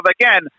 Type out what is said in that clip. again